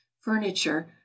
furniture